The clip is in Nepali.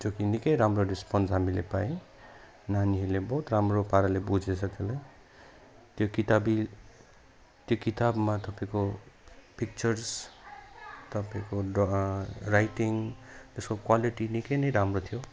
जो कि निक्कै डिसकाउन्ट हामीले पाएँ नानीहरूले बहुत राम्रो पाराले बुझेछ त्यसलाई त्यो किताबी त्यो किताबमा तपाईँको पिक्चर्स तपाईँको ड राइटिङ त्यसको क्वालिटी निकै नै राम्रो थियो